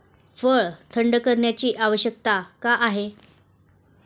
फळ थंड करण्याची आवश्यकता का आहे?